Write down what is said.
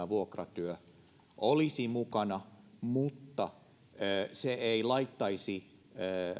vuokratyö olisi mukana mutta se ei laittaisi